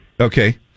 Okay